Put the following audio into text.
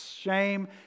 shame